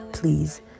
Please